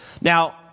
Now